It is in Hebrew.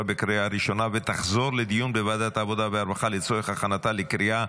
לוועדת העבודה והרווחה נתקבלה.